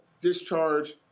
discharge